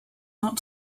not